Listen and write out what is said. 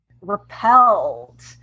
repelled